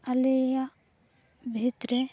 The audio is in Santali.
ᱟᱞᱮᱭᱟᱜ ᱵᱷᱤᱛ ᱨᱮ